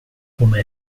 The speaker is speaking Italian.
come